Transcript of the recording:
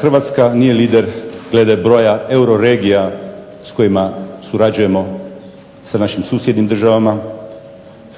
Hrvatska nije lider glede broja euroregija s kojima surađujemo s našim susjednim državama,